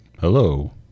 hello